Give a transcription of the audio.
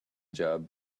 job